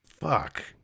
fuck